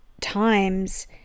times